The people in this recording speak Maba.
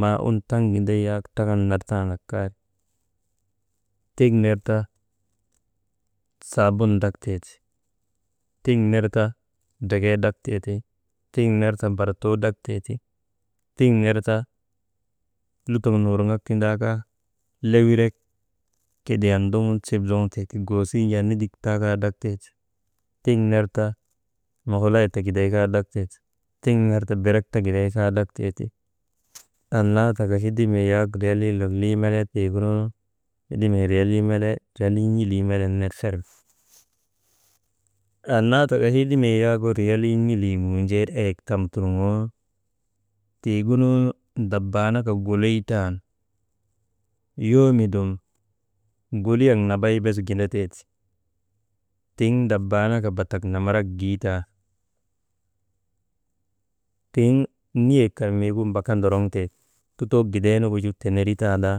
Maawun taŋ giday yak drak tandak kay, tiŋ ner ta saabun drak tee ti, tiŋ ner ta ndekee drak tee ti, tiŋ ner ta bartuu drak tee ti, tiŋ ner ta lutok nirŋak tindaa kaa lewirek kudiyan ndoŋun sip zoŋtee ti, goosii nu jaa n̰endik taa kaa drak tee ti, tiŋ ner ta mukulay ta giday kaa drak tee ti, tiŋ ner berek ta gigay kaa drak tee ti, annaa taka ta hedimee yak riyalii lolii melee tiigunu « hesitation » riyalii n̰ilii n̰ilii melen ner seref. Annaa tika hedimee riyalii n̰ilii nuujeenu eyek tam turŋoonaa tiigunu ndabaanaka guliytan yoomo dum guliyak nambay bes gindatee ti, tiŋ ndabaanaka batak namarak giitan. Tiŋ niyek kan niigu mbaka ndoroŋtee ti, lutoo giday nugu ju teneritaandaa